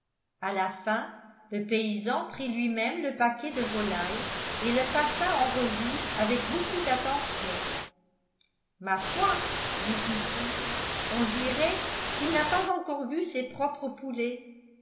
a la fin le paysan prit lui-même le paquet de volailles et le passa en revue avec beaucoup d'attention ma foi dit kitty on dirait qu'il n'a pas encore vu ses propres poulets